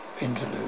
interlude